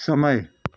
समय